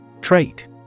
Trait